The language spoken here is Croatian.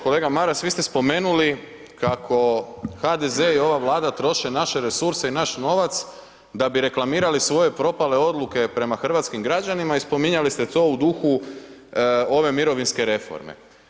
Kolega Maras, vi ste spomenuli kako HDZ i ova Vlada troše naše resurse i naš novac da bi reklamirali svoje propale odluke prema hrvatskim građanima i spominjali ste to u duhu ove mirovinske reforme.